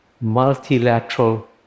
multilateral